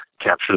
capture